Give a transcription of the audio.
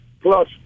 plus